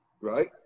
Right